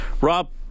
Rob